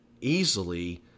easily